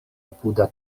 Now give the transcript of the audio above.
apuda